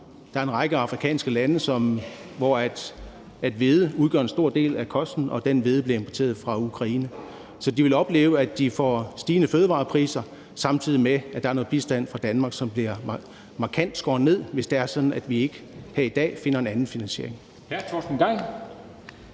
Der er en række afrikanske lande, hvor hvede udgør en stor del af kosten, og den hvede bliver importeret fra Ukraine. Så de vil opleve, at de får stigende fødevarepriser, samtidig med at der er noget bistand fra Danmark, som bliver markant skåret ned, hvis det er sådan, at vi ikke her i dag finder en anden finansiering.